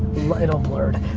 it all blurred.